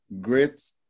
great